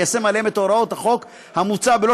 ליישם עליהם את הוראות החוק המוצע בלא